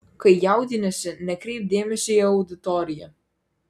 kai jaudiniesi nekreipk dėmesio į auditoriją